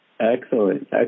Excellent